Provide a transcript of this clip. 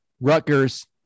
Rutgers